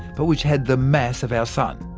but which had the mass of our sun.